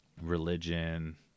religion